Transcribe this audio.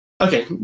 Okay